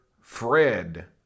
Fred